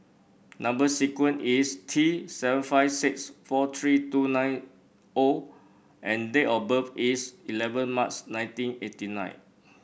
number sequence is T seven five six four three two nine O and date of birth is eleven March nineteen eighty nine